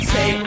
Say